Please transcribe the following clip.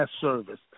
service